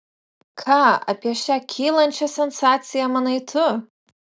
ką apie šią kylančią sensaciją manai tu